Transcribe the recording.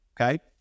Okay